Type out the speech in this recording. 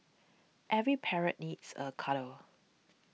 every parrot needs a cuddle